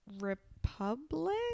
Republic